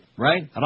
Right